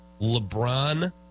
LeBron